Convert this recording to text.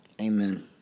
Amen